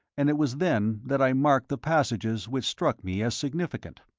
and it was then that i marked the passages which struck me as significant.